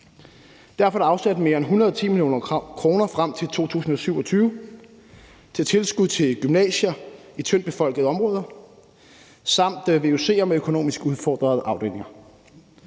Derfor er der afsat mere end 110 mio. kr. frem til 2027 til tilskud til gymnasier i tyndt befolkede områder samt vuc'er med økonomisk udfordrede afdelinger.